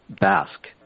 Basque